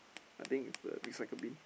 I think is the recycle bin